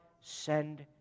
send